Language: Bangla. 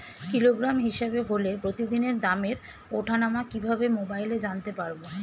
কিলোগ্রাম হিসাবে হলে প্রতিদিনের দামের ওঠানামা কিভাবে মোবাইলে জানতে পারবো?